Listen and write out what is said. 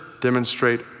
demonstrate